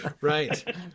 Right